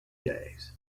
days